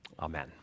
Amen